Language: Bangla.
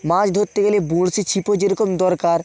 মাছ ধরতে গেলে বঁড়শি ছিপও যেরকম দরকার